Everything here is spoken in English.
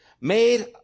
made